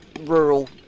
rural